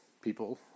people